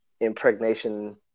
impregnation